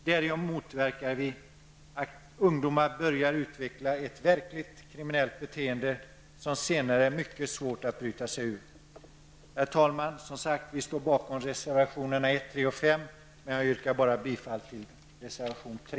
Därigenom motverkar vi att ungdomar börjar utveckla ett verkligt kriminellt beteende, som senare är mycket svårt att bryta sig ur. Herr talman! Vi står, som sagt, bakom reservationerna 1, 3 och 5, men jag yrkar bara bifall till reservation 3.